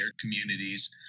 communities